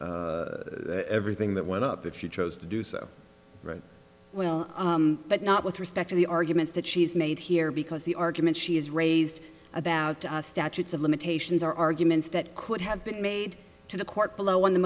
everything that went up if you chose to do so right will but not with respect to the arguments that she has made here because the argument she has raised about statutes of limitations are arguments that could have been made to the court below on the